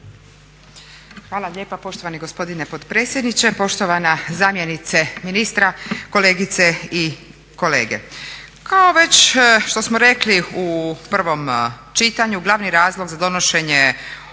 Hvala lijepa poštovani gospodine potpredsjedniče, poštovana zamjenice ministra, kolegice i kolege. Kao već što smo rekli u prvom čitanju, glavni razlog za donošenje